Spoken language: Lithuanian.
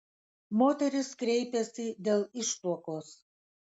moteris kreipėsi dėl ištuokos